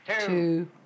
Two